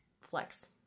flex